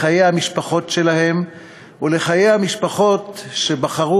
לחיי המשפחות שלהם ולחיי המשפחות שבחרו